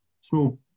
small